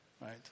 right